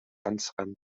ganzrandig